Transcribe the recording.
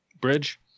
bridge